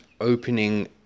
opening